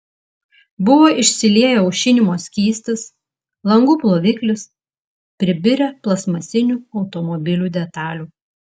buvo išsilieję aušinimo skystis langų ploviklis pribirę plastmasinių automobilių detalių